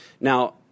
Now